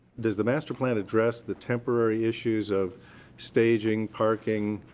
does the master plan address the temporary issues of staging parking,